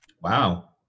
Wow